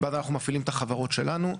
ואז אנחנו מפעילים את החברות שלנו.